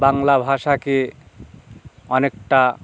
বাংলা ভাষাকে অনেকটা